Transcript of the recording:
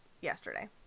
yesterday